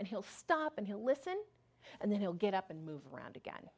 and he'll stop and he'll listen and then he'll get up and move around again